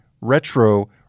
retro